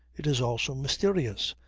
it is also mysterious.